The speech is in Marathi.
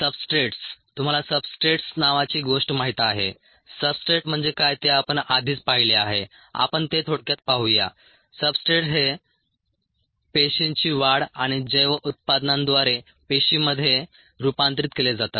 सब्सट्रेट्स तुम्हाला सबस्ट्रेट्स नावाची गोष्ट माहित आहे सबस्ट्रेट म्हणजे काय ते आपण आधीच पाहिले आहे आपण ते थोडक्यात पाहूया सबस्ट्रेट्स हे पेशींची वाढ आणि जैव उत्पादनांद्वारे पेशींमध्ये रूपांतरित केले जातात